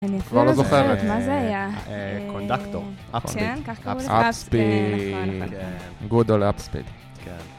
אני כבר לא זוכרת מה זה היה קונדקטור אפספיד אפספיד גודו לאפספיד